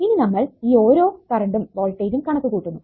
ഇനി നമ്മൾ ഈ ഓരോ കറണ്ടും വോൾട്ടേജ്ജും കണക്ക് കൂട്ടുന്നു